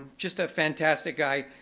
just a fantastic guy.